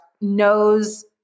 knows